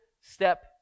step